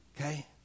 Okay